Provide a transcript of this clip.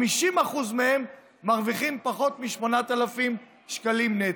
50% מהם מרוויחים פחות מ-8,000 שקלים נטו.